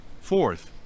Fourth